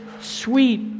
sweet